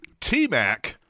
Tmac